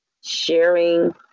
sharing